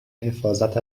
حفاظت